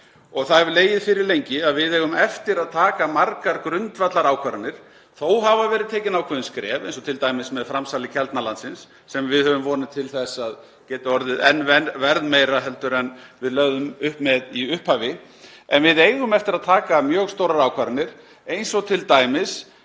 Það hefur legið fyrir lengi að við eigum eftir að taka margar grundvallarákvarðanir. Þó hafa verið tekin ákveðin skref, eins og t.d. með framsali Keldnalandsins sem við höfum vonir til þess að geti orðið enn verðmeira en við lögðum upp með í upphafi. En við eigum eftir að taka mjög stórar ákvarðanir eins og þær